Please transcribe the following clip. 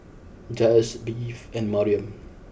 Jiles Bev and Mariam